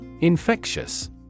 Infectious